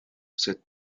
said